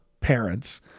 parents